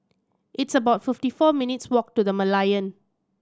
it's about fifty four minutes' walk to The Merlion